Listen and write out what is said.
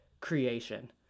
creation